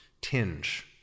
tinge